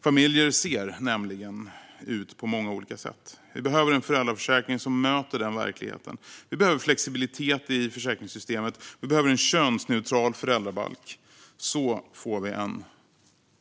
Familjer ser nämligen ut på många olika sätt. Vi behöver en föräldraförsäkring som möter den verkligheten. Vi behöver flexibilitet i försäkringssystemet. Vi behöver en könsneutral föräldrabalk. Så får vi en